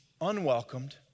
unwelcomed